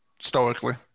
stoically